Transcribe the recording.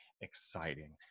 exciting